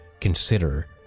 consider